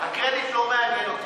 הקרדיט לא מעניין אותי.